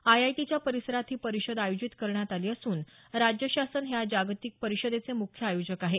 आयआयटीच्या परिसरात ही परिषद आयोजित करण्यात आली असून राज्य शासन हे या जागतिक परिषदेचे मुख्य आयोजक आहे